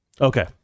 Okay